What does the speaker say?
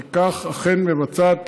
וכך אכן מבצעת,